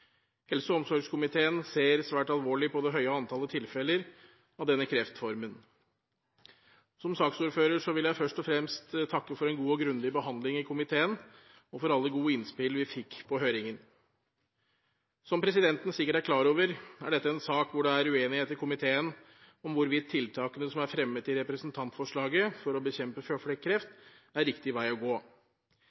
Helse- og omsorgskomiteen ser svært alvorlig på det høye antallet tilfeller av denne kreftformen. Som saksordfører vil jeg først og fremst takke for en god og grundig behandling i komiteen og for alle gode innspill vi fikk på høringen. Som presidenten sikkert er klar over, er dette en sak hvor det er uenighet i komiteen om hvorvidt tiltakene som er fremmet i representantforslaget for å bekjempe føflekkreft, er riktig vei å gå.